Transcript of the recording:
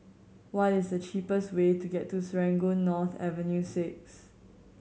what is the cheapest way to Serangoon North Avenue Six